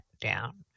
down